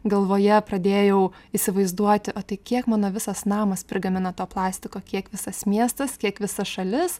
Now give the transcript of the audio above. galvoje pradėjau įsivaizduoti o tai kiek mano visas namas prigamina to plastiko kiek visas miestas kiek visa šalis